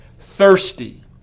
thirsty